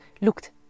looked